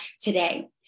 today